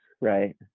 right